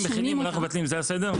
מחילים ואנחנו מבטלים, זה הסדר?